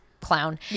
clown